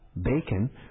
bacon